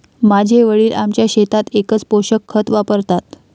माझे वडील आमच्या शेतात एकच पोषक खत वापरतात